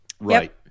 Right